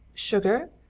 sugar?